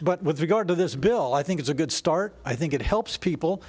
but with regard to this bill i think it's a good start i think it helps people